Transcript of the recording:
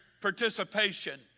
participation